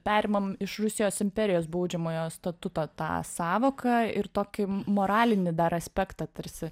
perimam iš rusijos imperijos baudžiamojo statuto tą sąvoką ir tokį m moralinį dar aspektą tarsi